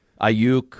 Ayuk